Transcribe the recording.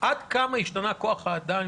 עד כמה השתנה כוח האדם,